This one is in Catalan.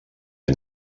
any